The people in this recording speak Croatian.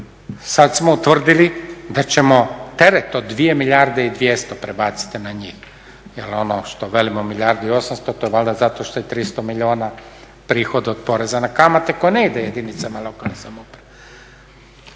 Sad smo utvrdili da ćemo terete od 2 milijarde i 200 prebaciti na njih jel ono što velimo milijardu i osamsto to je valjda zato što je 300 milijuna prihod od poreza na kamate koje ne ide jedinicama lokalne samouprave.